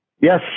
Yes